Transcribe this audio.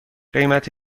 قیمت